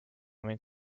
mind